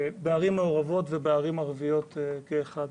בערים מעורבות וערים ערביות כאחד.